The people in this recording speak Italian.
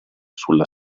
sulla